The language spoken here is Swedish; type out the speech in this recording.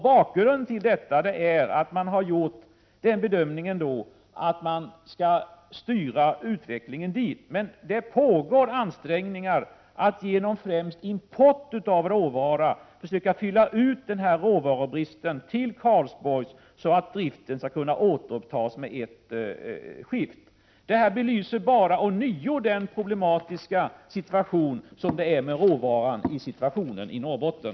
Bakgrunden till detta är den bedömning man har gjort att man skall styra utvecklingen dit. Men det pågår ansträngningar att genom främst import av råvara försöka fylla ut denna råvarubrist när det gäller Karlsborg, så att driften skall kunna återupptas med ett skift. Detta belyser ånyo den problematiska situationen i Norrbotten beträffande råvaran.